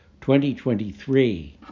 2023